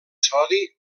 sodi